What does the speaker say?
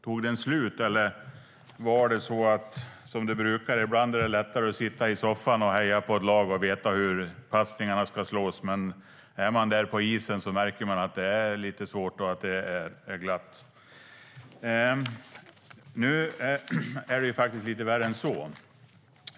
Tog den slut, eller var det som det brukar - att det ibland är lättare att sitta i soffan och heja på ett lag och veta hur passningarna ska slås än att vara på isen och märka att det är lite svårt och glatt? Nu är det lite värre än så.